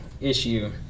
issue